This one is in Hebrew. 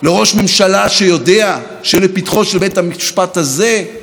השאלה אם הוא יכול או לא יכול לכהן עם כתב אישום.